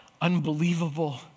unbelievable